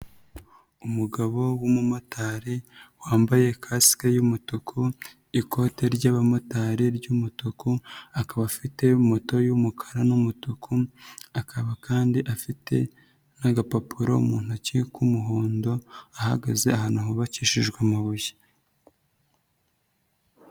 Umugabo w'umumotari wambaye kasike y'umutuku, ikote ry'abamotari ry'umutuku, akaba afite moto y'umukara n'umutuku, akaba kandi afite agapapuro mu ntoki k'umuhondo, ahagaze ahantu hubakishijwe amabuye.